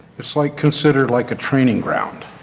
is like considered like a training ground.